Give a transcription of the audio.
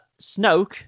Snoke